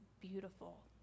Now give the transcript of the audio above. beautiful